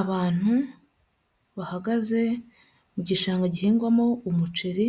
Abantu bahagaze mu gishanga gihingwamo umuceri